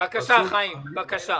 אני